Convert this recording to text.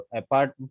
apart